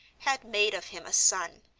had made of him a son,